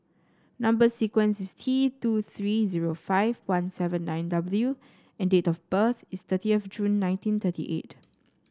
number sequence is T two three zero five one seven nine W and date of birth is thirtieth June nineteen thirty eight